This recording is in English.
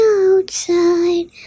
outside